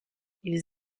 ils